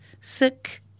sick